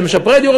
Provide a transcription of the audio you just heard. שהם משפרי דיור,